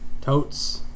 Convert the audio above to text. Totes